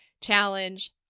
challenge